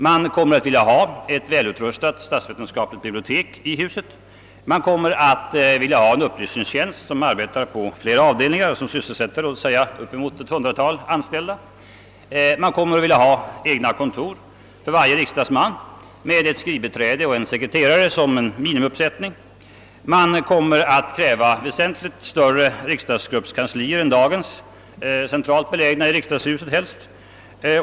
Man kommer att vilja ha ett väl utrustat statsvetenskapligt bibliotek i huset, en upplysningstjänst som arbetar på flera avdelningar och sysselsätter ett hundratal anställda, egna kontor för varje riksdagsman med ett skrivbiträde och en sekreterare som minimiuppsättning. Man kommer att kräva väsentligt större riksdagsgruppskanslier än de nuvarande, helst centralt belägna i riksdagshuset.